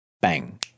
bang